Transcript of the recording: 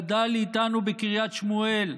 גדל איתנו בקריית שמואל,